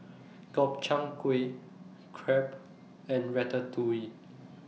Gobchang Gui Crepe and Ratatouille